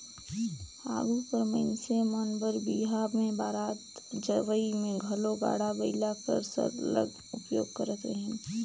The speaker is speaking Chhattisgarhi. आघु कर मइनसे मन बर बिहा में बरात जवई में घलो गाड़ा बइला कर सरलग उपयोग करत रहिन